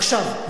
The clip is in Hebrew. עכשיו,